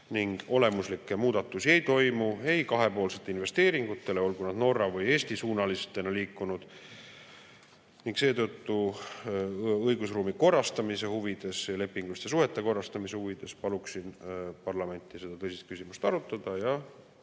ning olemuslikke muudatusi kahepoolsete investeeringute valdkonnas ei toimu, olgu nad Norra- või Eesti-suunalistena liikunud. Seetõttu, õigusruumi korrastamise huvides, lepinguliste suhete korrastamise huvides paluksin parlamendil seda tõsist küsimust arutada